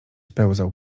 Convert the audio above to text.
pełzał